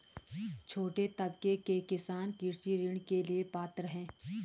छोटे तबके के किसान कृषि ऋण के लिए पात्र हैं?